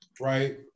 right